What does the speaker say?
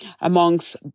amongst